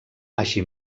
així